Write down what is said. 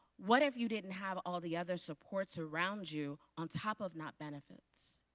what if you didn't have all the other supports around you on top of not benefits?